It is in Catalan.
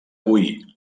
boí